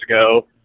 ago